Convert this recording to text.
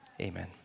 Amen